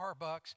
Starbucks